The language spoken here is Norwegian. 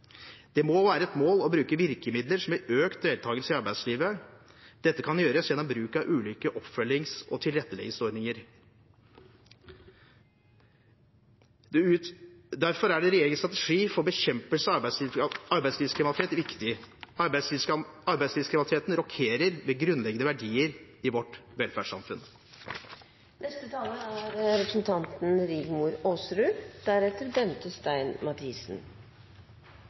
Det må være et mål å bruke virkemidler som gir økt deltakelse i arbeidslivet. Dette kan gjøres gjennom bruk av ulike oppfølgings- og tilretteleggingsordninger. Derfor er regjeringens strategi for bekjempelse av arbeidslivskriminalitet viktig. Arbeidslivskriminaliteten rokker ved grunnleggende verdier i vårt velferdssamfunn. Norge rykker oppover på arbeidsledighetsstatistikken. Vi passerer land som Tyskland og USA. 127 000 mennesker er